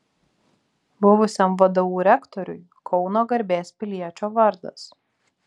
buvusiam vdu rektoriui kauno garbės piliečio vardas